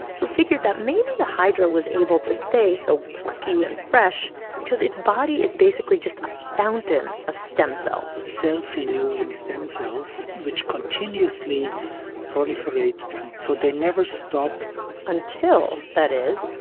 who figured that maybe the hydra was able to stay so plucky and fresh because its body is basically just a fountain of stem cells self-renewing stem cells which continuously proliferate, and so they never stop until, that is,